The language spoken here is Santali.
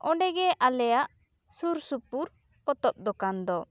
ᱚᱸᱰᱮ ᱜᱮ ᱟᱞᱮᱭᱟᱜ ᱥᱩᱨ ᱥᱩᱯᱩᱨ ᱯᱚᱛᱚᱵ ᱫᱚᱠᱟᱱ ᱫᱚ